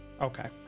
Okay